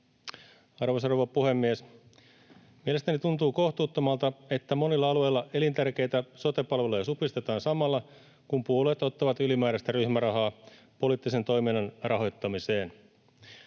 Arvoisa rouva puhemies! Mielestäni tuntuu kohtuuttomalta, että monilla alueilla elintärkeitä sote-palveluja supistetaan samalla, kun puolueet ottavat ylimääräistä ryhmärahaa poliittisen toiminnan rahoittamiseen.